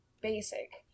BASIC